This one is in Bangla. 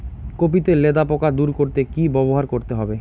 কপি তে লেদা পোকা দূর করতে কি ব্যবহার করতে হবে?